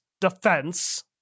Defense